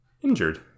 injured